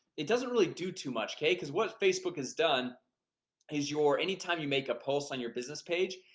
it doesn't really do too much. okay, cuz what facebook is done is your anytime you make a post on your business page?